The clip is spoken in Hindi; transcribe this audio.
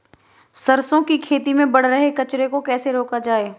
सरसों की खेती में बढ़ रहे कचरे को कैसे रोका जाए?